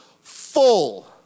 full